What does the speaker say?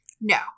no